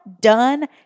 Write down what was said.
done